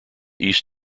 east